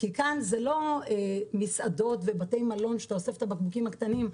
כאן זה לא מסעדות ובתי מלון שאתה אוסף את הבקבוקים הקטנים,